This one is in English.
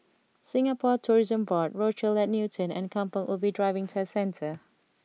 Singapore Tourism Board Rochelle at Newton and Kampong Ubi Driving Test Centre